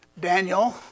Daniel